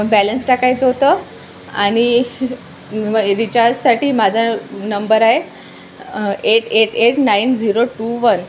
balance टाकायचं होतं आणि मग रिचार्जसाठी माझा नंबर आहे eight eight eight nine zero two one